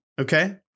Okay